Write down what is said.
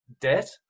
debt